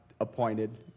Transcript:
appointed